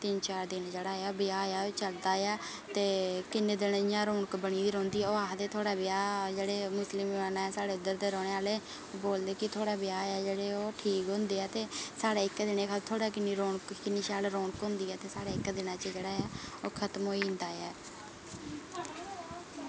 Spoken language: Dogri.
तीन चार दिन जेह्ड़ा ब्याह् ऐ ओह् चलदा ऐ ते किन्ने दिन इंया रौनक बनी दी रौहंदी कि आक्खदे थुआढ़ा ब्याह् मुस्लिम कन्नै जेह्ड़े इद्धर दे रौह्ने आह्ले आक्खदे कि थोह्ड़े ब्याह् ऐ ओह् ठीक रौहंदे ते साढ़े इक्कै दिन च थुआढ़े किन्ने दिन रौनक होंदी ऐ ते साढ़े किन्ने दिन च ओह् खत्म होई जंदा ऐ